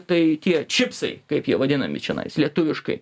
tai tie čipsai kaip jie vadinami čionais lietuviškai